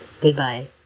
goodbye